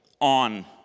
on